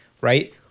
right